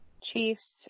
Chiefs